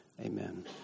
Amen